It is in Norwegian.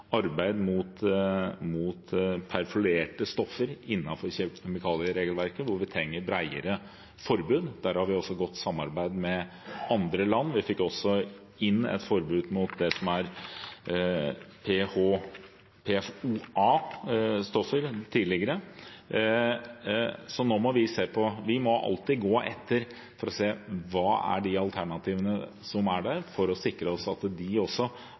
godt samarbeid med andre land. Vi fikk tidligere inn et forbud mot det som er PFOA-stoffer. Vi må alltid gå etter for å se hvilke alternativer som er der, for å sikre oss at de ikke gir andre miljø- eller helseskader. Det må også